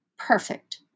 perfect